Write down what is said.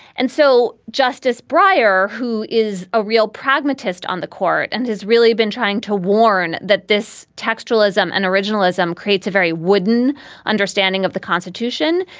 and so justice breyer, who is a real pragmatist on the court and has really been trying to warn that this textualism and originalism creates a very wooden understanding of the constitution.